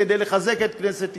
כדי לחזק את כנסת ישראל,